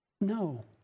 No